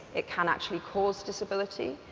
it can actually cause disability.